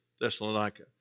Thessalonica